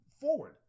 forward